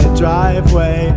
driveway